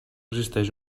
existeix